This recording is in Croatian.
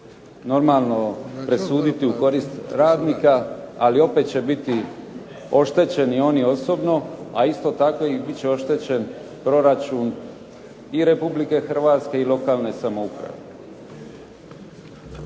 normalno presuditi u korist radnika, ali opet će biti oštećeni oni osobno, a isto tako bit će oštećen proračun i Republike Hrvatske i lokalne samouprave.